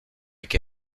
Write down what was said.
qué